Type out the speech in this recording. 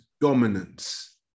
dominance